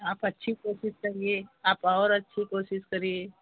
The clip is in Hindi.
आप अच्छी कोशिश करिये आप और अच्छी कोशिश करिये